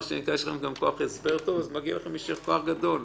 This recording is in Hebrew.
יש לכם כוח הסבר טוב ומגיע לכם יישר כוח גדול.